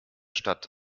stadt